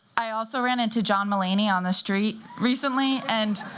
i also ran into john mulaney on the street recently, and